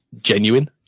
genuine